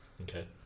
Okay